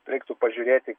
reiktų pažiūrėti